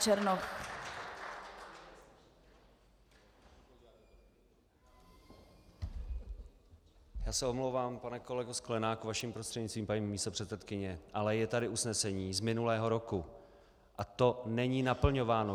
Já se omlouvám, pane kolego Sklenáku, vaším prostřednictvím, paní místopředsedkyně, ale je tady usnesení z minulého roku a to není naplňováno.